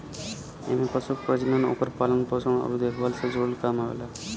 एमे पशु के प्रजनन, ओकर पालन पोषण अउरी देखभाल से जुड़ल काम आवेला